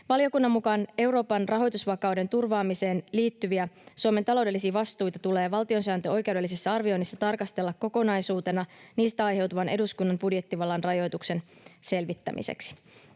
Valiokunnan mukaan Euroopan rahoitusvakauden turvaamiseen liittyviä Suomen taloudellisia vastuita tulee valtiosääntöoikeudellisissa arvioinneissa tarkastella kokonaisuutena niistä aiheutuvan eduskunnan budjettivallan rajoituksen selvittämiseksi.